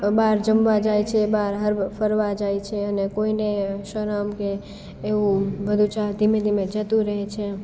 બહાર જમવા જાય છે બાર હરવા ફરવા જાય છે અને કોઈને શરમ કે એવું બધું ધીમે ધીમે જતું રહે છે